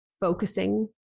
focusing